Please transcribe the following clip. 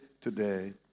today